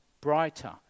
brighter